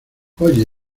oye